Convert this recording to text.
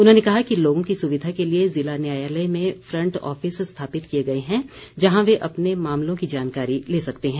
उन्होंने कहा कि लोगों की सुविधा के लिए जिला न्यायालय में फ्रंट ऑफिस स्थापित किए गए हैं जहां वे अपने मामलों की जानकारी ले सकते हैं